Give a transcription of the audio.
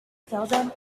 seldom